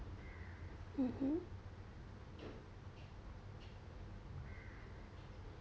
mmhmm